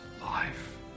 life